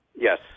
Yes